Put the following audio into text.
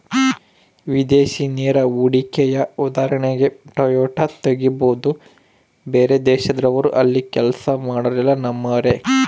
ವಿದೇಶಿ ನೇರ ಹೂಡಿಕೆಯ ಉದಾಹರಣೆಗೆ ಟೊಯೋಟಾ ತೆಗಬೊದು, ಬೇರೆದೇಶದವ್ರು ಅಲ್ಲಿ ಕೆಲ್ಸ ಮಾಡೊರೆಲ್ಲ ನಮ್ಮರೇ